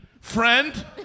friend